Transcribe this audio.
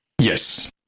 Yes